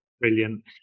Brilliant